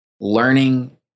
learning